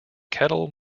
kettle